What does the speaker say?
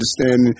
understanding